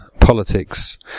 politics